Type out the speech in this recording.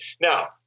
Now –